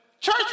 church